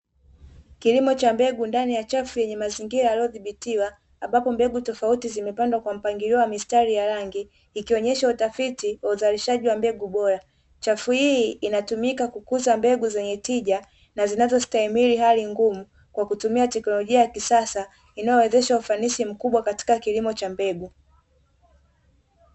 Kilimo cha mbegu ndani ya chafu chenye mazingira yaliyodhibitiwa, ambapo mbegu tofauti zimepandwa kwa mpangilio wa mistari ya rangi ikionyesha utafiti wa uzalishaji wa mbegu bora. Chafu hii inatumika kukuza mbegu zenye tija na zinazostahimili hali ngumu kwa kutumia teknolojia ya kisasa inayowezesha ufanisi mkubwa katika kilimo cha mbegu.